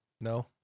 No